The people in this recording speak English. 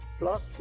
plus